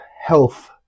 health